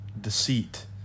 deceit